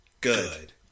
Good